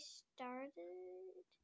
started